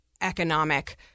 economic